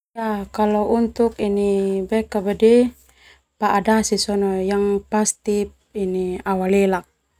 Kalau untuk ini pa'a dasi sona yang pasti ini au alelak.